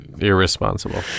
irresponsible